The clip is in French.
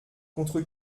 contre